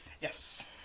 Yes